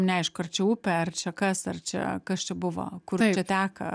neaišku ar čia upė ar čia kas ar čia kas čia buvo kur čia teka